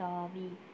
தாவி